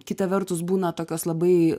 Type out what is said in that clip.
kita vertus būna tokios labai